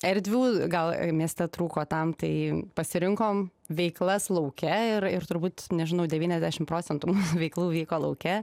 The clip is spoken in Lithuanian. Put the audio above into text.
erdvių gal mieste trūko tam tai pasirinkom veiklas lauke ir ir turbūt nežinau devyniasdešim procentų veiklų vyko lauke